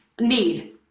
need